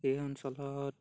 এই অঞ্চলত